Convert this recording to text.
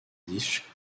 dijk